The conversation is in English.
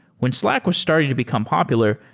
when slack was starting to become popular,